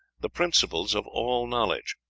the principles of all knowledge.